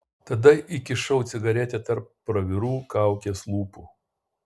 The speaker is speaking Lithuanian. tada įkišau cigaretę tarp pravirų kaukės lūpų